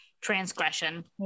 transgression